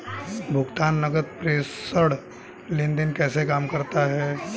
भुगतान नकद प्रेषण लेनदेन कैसे काम करता है?